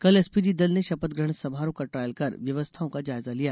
कल एसपीजी दल ने शपथ ग्रहण समारोह का ट्रायल का व्यवस्थाओं का जायजा लिया